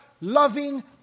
loving